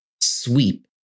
sweep